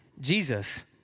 Jesus